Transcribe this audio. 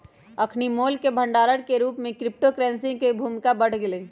अखनि मोल के भंडार के रूप में क्रिप्टो करेंसी के भूमिका बढ़ गेलइ